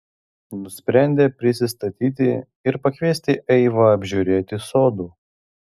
nusprendė prisistatyti ir pakviesti eivą apžiūrėti sodų